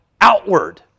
outward